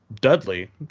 Dudley